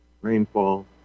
rainfall